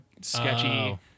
sketchy